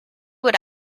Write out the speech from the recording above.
what